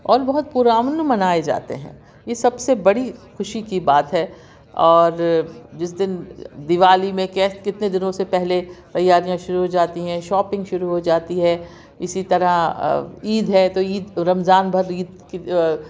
اور بہت پرامن منائے جاتے ہیں یہ سب سے بڑی خوشی کی بات ہے اور جس دن دیوالی میں کتنے دنوں سے پہلے تیاریاں شروع ہو جاتی ہیں شوپنگ شروع ہو جاتی ہے اسی طرح عید ہے تو عید رمضان بھر عید کی